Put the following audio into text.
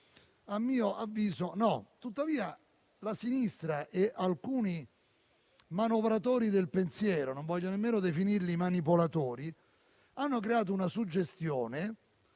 A mio avviso no. Tuttavia, la sinistra e alcuni manovratori del pensiero - non voglio nemmeno definirli manipolatori - hanno creato una suggestione